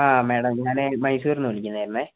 ആ മാഡം ഞാനേ മൈസൂരിൽ നിന്ന് വിളിക്കുന്നതായിരുന്നേ